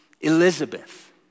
Elizabeth